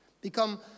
become